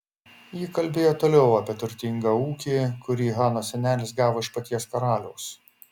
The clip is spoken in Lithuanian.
ji kalbėjo toliau apie turtingą ūkį kurį hanos senelis gavo iš paties karaliaus